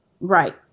Right